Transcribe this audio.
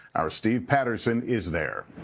our steve patterson is there.